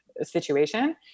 situation